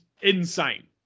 insane